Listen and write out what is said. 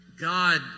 God